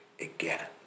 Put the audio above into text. again